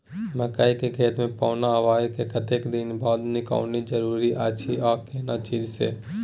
मकई के खेत मे पौना आबय के कतेक दिन बाद निकौनी जरूरी अछि आ केना चीज से?